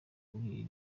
kuri